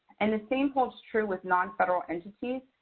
and the same holds true with non-federal entities.